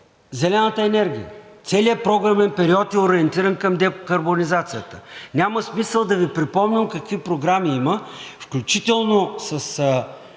зелената енергия. Целият програмен период е ориентиран към декарбонизацията. Няма смисъл да Ви припомням какви програми има, включително с